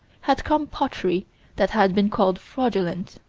had come pottery that had been called fraudulent.